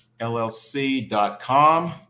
llc.com